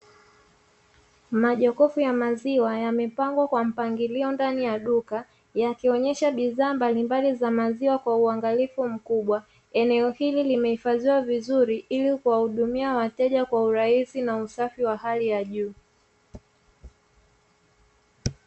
Majokofu ya maziwa yamepangwa kwa mpangilio ndani ya duka yakionyesha bidhaa mbalimbali za maziwa kwa uangalifu mkubwa, eneo hili limehifadhiwa vizuri ili kuwahudumia wateja kwa urahisi na usafi wa hali ya juu.